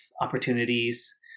opportunities